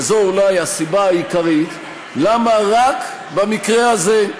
וזו אולי הסיבה העיקרית, למה רק במקרה הזה,